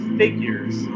figures